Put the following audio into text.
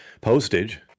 postage